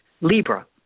Libra